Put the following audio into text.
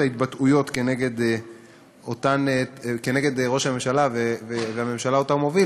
ההתבטאויות נגד ראש הממשלה והממשלה שהוא מוביל,